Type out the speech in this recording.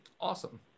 Awesome